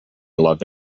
love